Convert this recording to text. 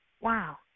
Wow